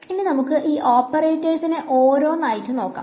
ഇനി നമുക്ക് ഈ ഓപ്പറേറ്റർസിനെ ഓരോന്നായി നോക്കാം